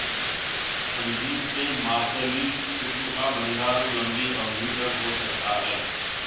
अंजीर के मार्सलीज किस्म का भंडारण लंबी अवधि तक हो सकता है